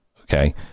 Okay